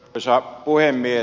arvoisa puhemies